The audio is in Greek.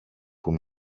που